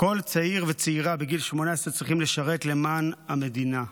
כל צעיר וצעירה בגיל 18 צריכים לשרת למען המדינה.